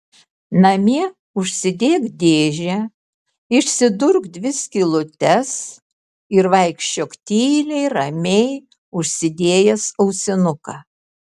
namie užsidėk dėžę išsidurk dvi skylutes ir vaikščiok tyliai ramiai užsidėjęs ausinuką